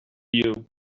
you